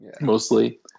mostly